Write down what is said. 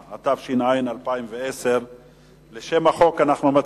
2010. לשם החוק אנו מצביעים,